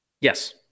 Yes